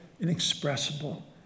inexpressible